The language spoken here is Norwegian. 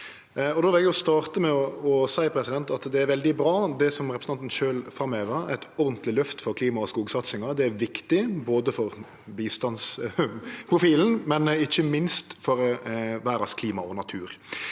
Då vil eg starte med å seie at det er veldig bra, som representanten sjølv framheva, med eit ordentleg løft for klima- og skogsatsinga. Det er viktig både for bistandsprofilen og ikkje minst for verdas klima og natur.